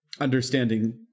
understanding